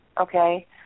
okay